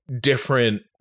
different